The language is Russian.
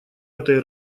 этой